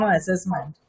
assessment